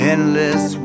Endless